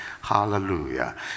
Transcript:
Hallelujah